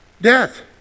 Death